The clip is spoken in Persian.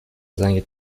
زنگ